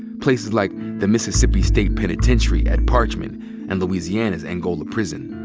places like the mississippi state penitentiary at parchman and louisiana's angola prison.